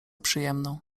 przyjemną